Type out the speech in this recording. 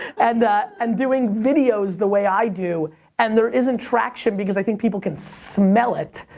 and and doing videos the way i do and there isn't traction because i think people can smell it.